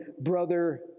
brother